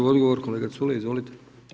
Odgovor, kolega Culej, izvolite.